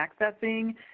accessing